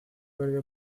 perdió